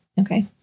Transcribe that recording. Okay